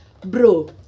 bro